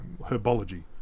herbology